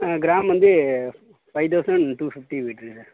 gram வந்து five thousand two fifty போயிட்டுருக்கு sir